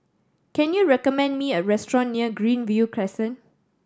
can you recommend me a restaurant near Greenview Crescent